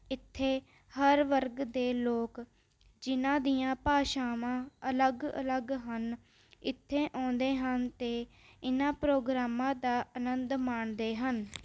ਇੱਥੇ ਹਰ ਵਰਗ ਦੇ ਲੋਕ ਜਿਹਨਾਂ ਦੀਆਂ ਭਾਸ਼ਾਵਾਂ ਅਲੱਗ ਅਲੱਗ ਹਨ ਇੱਥੇ ਆਉਂਦੇ ਹਨ ਅਤੇ ਇਹਨਾਂ ਪ੍ਰੋਗਰਾਮਾਂ ਦਾ ਆਨੰਦ ਮਾਣਦੇ ਹਨ